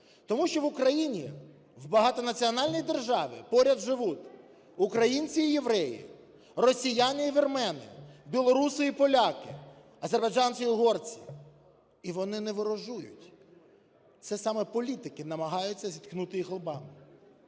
Тому що в Україні, в багатонаціональній державі, поряд живуть українці і євреї, росіяни і вірмени, білоруси і поляки, азербайджанці і угорці, і вони не ворожують, це саме політики намагаються зіткнути їх лобами.